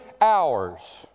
hours